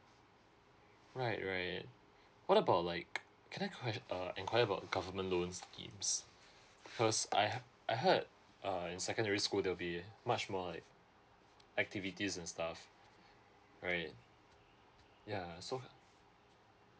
right right what about like can I ques~ uh enquire about government loan schemes because I h~ I heard uh in secondary school there will be much more like activities and stuff right ya so